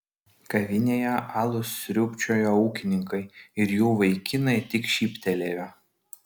kavinėje alų sriubčioją ūkininkai ir jų vaikinai tik šyptelėjo